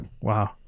Wow